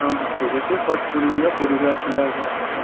ହଁ ହଁ ଠିକ୍ ଅଛି ଫାର୍ଷ୍ଟ ପୁରୀ ଯିବା ପୁରୀରୁ ଆସିଲେ ଆଉ ଯାହା ଦେଖିବା